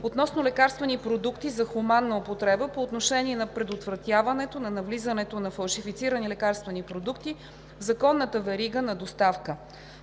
относно лекарствени продукти за хуманна употреба по отношение на предотвратяването на навлизането на фалшифицирани лекарствени продукти в законната верига на доставка.